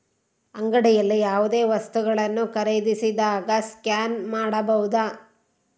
ಅಂಗಡಿಯಲ್ಲಿ ಯಾವುದೇ ವಸ್ತುಗಳನ್ನು ಖರೇದಿಸಿದಾಗ ಸ್ಕ್ಯಾನ್ ಮಾಡಬಹುದಾ?